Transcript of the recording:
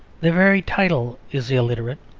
the very title is illiterate.